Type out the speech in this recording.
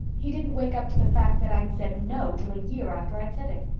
he didn't wake up to the fact that i'd said no till a year after i'd said it.